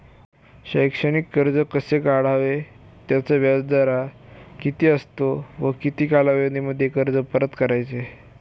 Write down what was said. शैक्षणिक कर्ज कसे काढावे? त्याचा व्याजदर किती असतो व किती कालावधीमध्ये कर्ज परत करायचे?